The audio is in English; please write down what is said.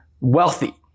wealthy